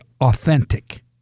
authentic